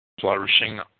flourishing